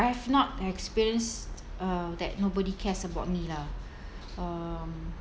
I have not experience uh that nobody cares about me lah um